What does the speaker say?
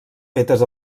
fetes